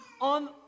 on